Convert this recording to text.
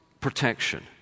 protection